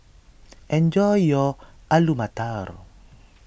enjoy your Alu Matar